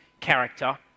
character